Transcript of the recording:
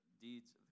deeds